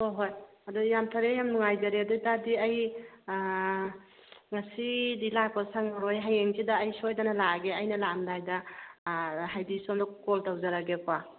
ꯍꯣꯏ ꯍꯣꯏ ꯑꯗꯨꯗꯤ ꯌꯥꯝ ꯐꯔꯦ ꯌꯥꯝ ꯅꯨꯉꯥꯏꯖꯔꯦ ꯑꯗꯨꯑꯣꯏꯕꯇꯥꯗꯤ ꯑꯩ ꯉꯁꯤꯗꯤ ꯂꯥꯛꯄ ꯁꯪꯉꯔꯣꯏ ꯍꯌꯦꯡꯁꯤꯗ ꯑꯩ ꯁꯣꯏꯗꯅ ꯂꯥꯛꯑꯒꯦ ꯑꯩꯅ ꯂꯥꯛꯑꯝꯗꯥꯏꯗ ꯑꯥ ꯍꯥꯏꯕꯗꯤ ꯁꯨꯝꯗ ꯀꯣꯜ ꯇꯧꯖꯔꯛꯑꯒꯦꯀꯣ